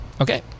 okay